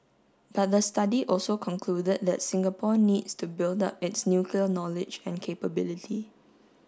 but the study also concluded that Singapore needs to build up its nuclear knowledge and capability